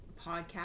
Podcast